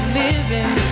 living